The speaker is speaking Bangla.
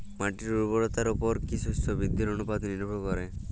মাটির উর্বরতার উপর কী শস্য বৃদ্ধির অনুপাত নির্ভর করে?